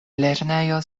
lernejo